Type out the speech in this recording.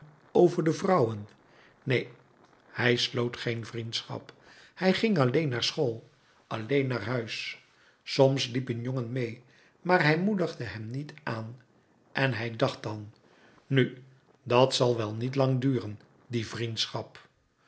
over de vrouwen neen hij sloot geen vriendschap hij ging alleen naar school alleen naar huis soms liep een jongen meê maar hij moedigde hem niet aan en hij dacht dan nu dat zal wel niet lang duren die vriendschap